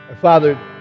Father